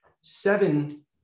Seven